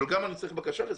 אבל אני גם צריך בקשה לזה.